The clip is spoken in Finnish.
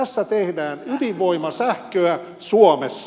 tässä tehdään ydinvoimasähköä suomessa